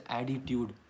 attitude